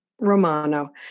Romano